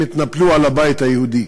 התנפלו על הבית היהודי?